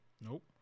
Nope